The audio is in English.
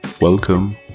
Welcome